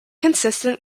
consistent